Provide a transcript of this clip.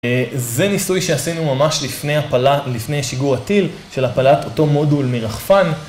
זה ניסוי שעשינו ממש לפני הפלה, לפני שיגור הטיל, של הפלת אותו מודול מרחפן.